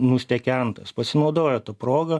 nustekentas pasinaudojo ta proga